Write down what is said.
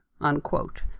unquote